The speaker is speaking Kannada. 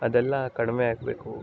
ಅದೆಲ್ಲ ಕಡಿಮೆ ಆಗಬೇಕು